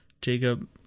Jacob